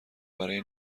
برای